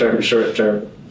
short-term